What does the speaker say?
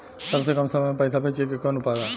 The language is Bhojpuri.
सबसे कम समय मे पैसा भेजे के कौन उपाय बा?